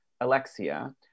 Alexia